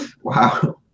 Wow